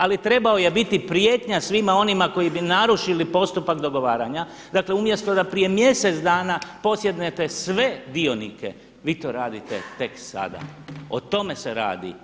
Ali trebao je biti prijetnja svima onima koji bi narušili postupak dogovaranja, dakle umjesto da prije mjesec dana posjednete sve dionike vi to radite tek sada, o tome se radi.